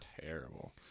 terrible